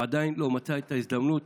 הוא עדיין לא מצא את ההזדמנות